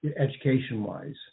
education-wise